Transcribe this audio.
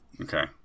Okay